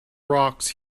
rocks